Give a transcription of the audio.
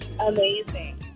Amazing